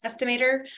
estimator